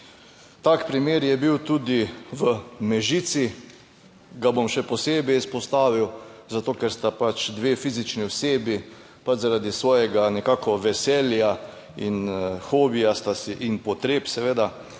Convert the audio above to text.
Tak primer je bil tudi v Mežici, ga bom še posebej izpostavil, zato ker sta pač dve fizični osebi pač zaradi svojega nekako veselja in hobija sta si, in potreb seveda,